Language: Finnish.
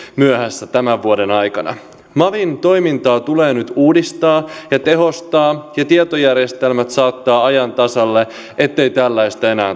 myöhässä tämän vuoden aikana mavin toimintaa tulee nyt uudistaa ja tehostaa ja tietojärjestelmät saattaa ajan tasalle ettei tällaista enää